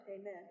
Amen